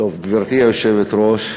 גברתי היושבת-ראש,